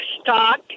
stock